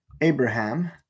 Abraham